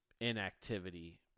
inactivity